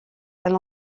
elle